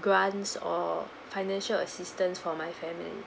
grants or financial assistance for my family